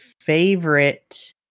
favorite